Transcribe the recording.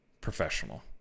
professional